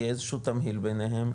יהיה איזשהו תמהיל ביניהם,